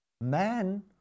man